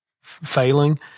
failing